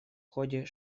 ходе